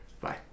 Bye